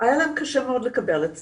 היה להם קשה מאוד לקבל את זה.